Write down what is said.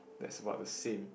that's what the same